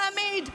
תמיד,